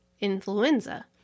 influenza